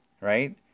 right